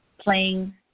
playing